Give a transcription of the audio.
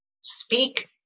speak